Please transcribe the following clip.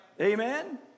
Amen